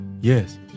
yes